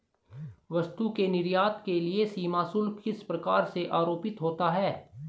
वस्तु के निर्यात के लिए सीमा शुल्क किस प्रकार से आरोपित होता है?